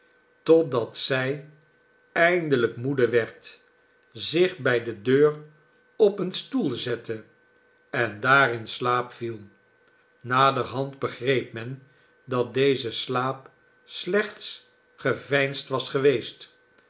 totdat zij eindelijk moede werd zich bij de deur op een stoel zette en daar in slaap viel naderhand begreep men dat deze slaap slechts geveinsd was geweest